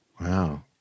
Wow